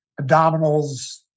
abdominals